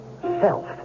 self